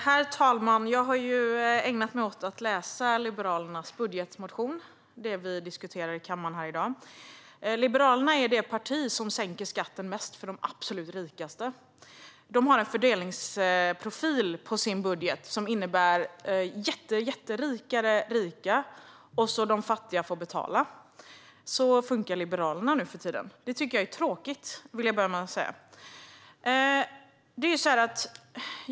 Herr talman! Jag har ägnat mig åt att läsa Liberalernas budgetmotion och det vi diskuterar i kammaren i dag. Liberalerna är det parti som sänker skatten mest för de absolut rikaste. Man har en fördelningsprofil i sin budget som innebär jättemycket rikare rika, vilket de fattiga får betala. Så funkar Liberalerna nuförtiden. Det tycker jag är tråkigt, vill jag börja med att säga.